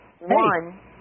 one